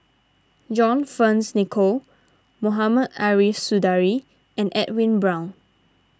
John Fearns Nicoll Mohamed Ariff Suradi and Edwin Brown